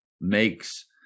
makes